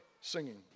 singing